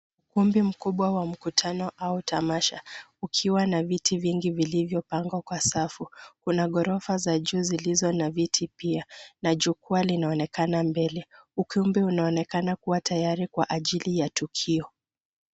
Ukumbi mkubwa wa mkutano au tamasha, ukiwa na viti vingi vilivyopangwa kwa safu. Kuna ghorofa za juu zilizo na viti pia, na jukwaa linaonekana mbele. Ukumbi unaonekana kuwa tayari kwa ajili ya tukio.